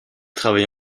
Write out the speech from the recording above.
travaille